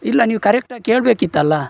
ಇಲ್ಲ ನೀವು ಕರೆಕ್ಟಾಗಿ ಕೇಳಬೇಕಿತ್ತಲ್ಲ